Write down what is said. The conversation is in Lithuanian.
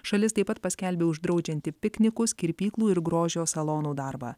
šalis taip pat paskelbė uždraudžianti piknikus kirpyklų ir grožio salonų darbą